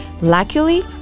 Luckily